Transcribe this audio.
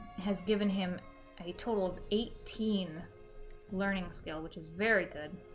has given him a total of eighteen learning skill which is very good